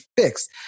fixed